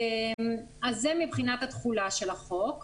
זה מבחינת התחולה של החוק.